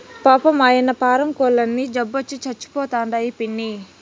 పాపం, ఆయన్న పారం కోల్లన్నీ జబ్బొచ్చి సచ్చిపోతండాయి పిన్నీ